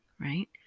right